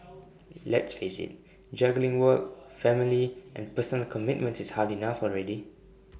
let's face IT juggling work family and personal commitments is hard enough already